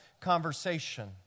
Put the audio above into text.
conversation